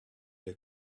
est